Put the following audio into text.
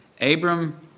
Abram